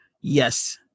Yes